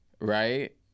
Right